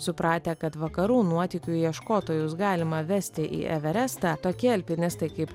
supratę kad vakarų nuotykių ieškotojus galima vesti į everestą tokie alpinistai kaip